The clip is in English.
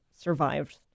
survived